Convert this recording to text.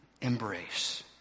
embrace